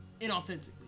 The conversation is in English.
inauthentically